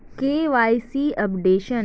KYC updation?